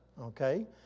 okay